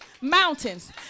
mountains